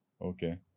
Okay